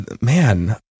man